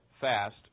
fast